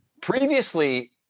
Previously